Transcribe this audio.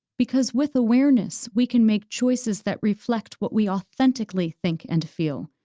because with awareness, we can make choices that reflect what we authentically think and feel,